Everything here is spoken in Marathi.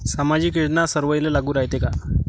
सामाजिक योजना सर्वाईले लागू रायते काय?